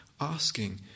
asking